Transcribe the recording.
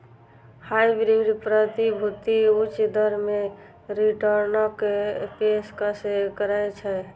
hybrid प्रतिभूति उच्च दर मे रिटर्नक पेशकश करै छै